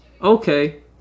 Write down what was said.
okay